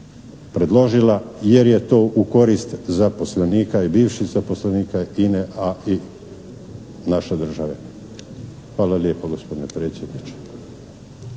predložila jer je to u korist zaposlenika i bivših zaposlenika INE a i naše države. Hvala lijepo gospodine predsjedniče.